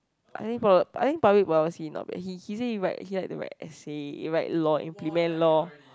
I think for I think public policy not bad he he say he write he like to write essay he write law implement law